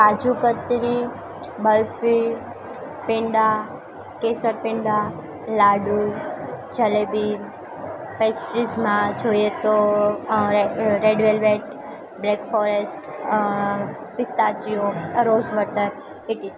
કાજુ કતરી બરફી પેંડા કેસર પેંડા લાડુ જલેબી પેસ્ટ્રીસમાં જોઈએ તો red velvet black forest pistachio આ રોઝ બટર એટલે